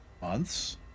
Months